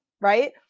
right